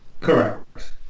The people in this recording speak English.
correct